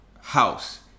house